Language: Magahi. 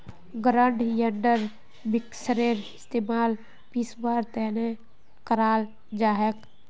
ग्राइंडर मिक्सरेर इस्तमाल पीसवार तने कराल जाछेक